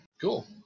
Cool